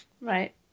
Right